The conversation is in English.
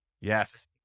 Yes